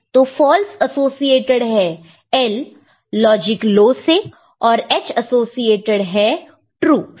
तो false associated है L logic low से और H एसोसिएटेड है ट्रू से